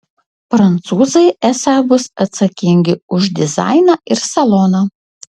prancūzai esą bus atsakingi už dizainą ir saloną